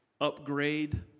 upgrade